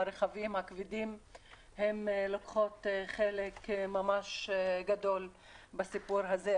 הרכבים הכבדים לוקחים חלק ממש גדול בסיפור הזה.